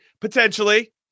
potentially